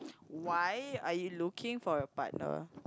why are you looking for a partner